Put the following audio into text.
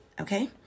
okay